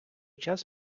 час